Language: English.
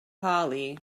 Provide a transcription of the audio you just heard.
holly